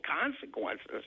consequences